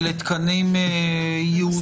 האם אלה תקנים ייעודיים?